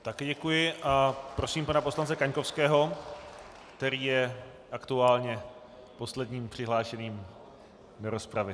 Také děkuji a prosím pana poslance Kaňkovského, který je aktuálně posledním přihlášeným do rozpravy.